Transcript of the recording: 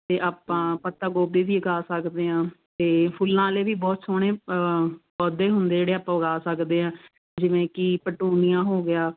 ਅਤੇ ਆਪਾਂ ਪੱਤਾ ਗੋਭੀ ਵੀ ਉਗਾ ਸਕਦੇ ਹਾਂ ਅਤੇ ਫੁੱਲਾਂ ਵਾਲੇ ਵੀ ਬਹੁਤ ਸੋਹਣੇ ਪੌਦੇ ਹੁੰਦੇ ਜਿਹੜੇ ਆਪਾਂ ਉਗਾ ਸਕਦੇ ਹਾਂ ਜਿਵੇਂ ਕਿ ਪਟੁਮੀਆ ਹੋ ਗਿਆ